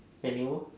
anymore